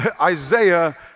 Isaiah